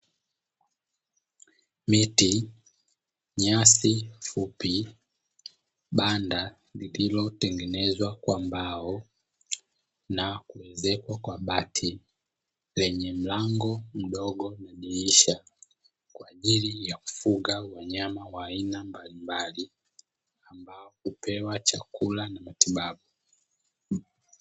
Miti nyasi fupi banda lililotengenezwa kwa mbao na kuezekwa kwa bati lenye mlango mdogo na dirisha kwa aajili ya kufuga wanyama wa aina mbalimbali na kupewa chakula na matibabu.